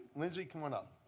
lindsay, come on up.